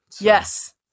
Yes